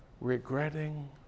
regretting